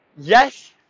yes